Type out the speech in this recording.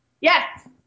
Yes